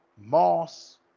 Moss